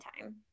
time